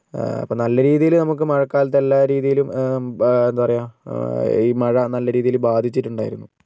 അപ്പോൾ നല്ല രീതിയില് നമുക്ക് മഴക്കാലത്ത് എല്ലാ രീതിയിലും എന്താ പറയാ മഴ നല്ല രീതിയില് ബാധിച്ചിട്ടുണ്ടായിരുന്നു